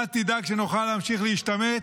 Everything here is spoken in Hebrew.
אתה תדאג שנוכל להמשיך להשתמט,